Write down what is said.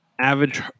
average